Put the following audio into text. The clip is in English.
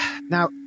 Now